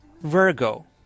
Virgo